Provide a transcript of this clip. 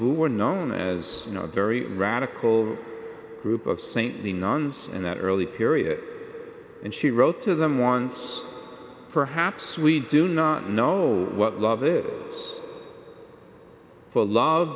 who were known as you know very radical group of saintly nuns in that early period and she wrote to them once perhaps we do not know what love it is for love